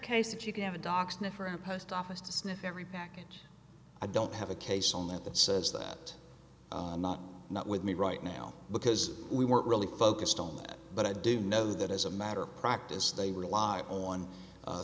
case if you can have a dog sniff or a post office to sniff every package i don't have a case on that that says that i'm not not with me right now because we weren't really focused on that but i do know that as a matter of practice they rely on